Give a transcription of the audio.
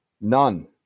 None